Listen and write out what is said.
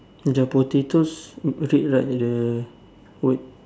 the potatoes okay like the white